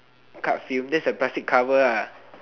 card film that's the plastic cover ah